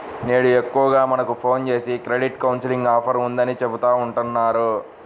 నేడు ఎక్కువగా మనకు ఫోన్ జేసి క్రెడిట్ కౌన్సిలింగ్ ఆఫర్ ఉందని చెబుతా ఉంటన్నారు